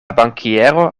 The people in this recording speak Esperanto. bankiero